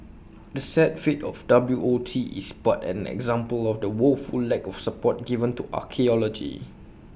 the sad fate of W O T is but an example of the woeful lack of support given to archaeology